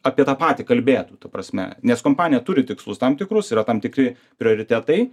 apie tą patį kalbėtų ta prasme nes kompanija turi tikslus tam tikrus yra tam tikri prioritetai